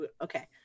Okay